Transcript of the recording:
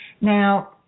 Now